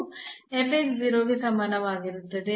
0 ಗೆ ಸಮಾನವಾಗಿರುತ್ತದೆ